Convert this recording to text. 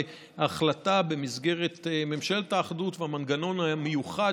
במסגרת ממשלת האחדות והמנגנון המיוחד